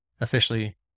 officially